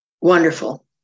wonderful